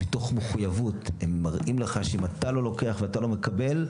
מתוך מחויבות הם מראים לך שאם אתה לא לוקח ואתה לא מקבל,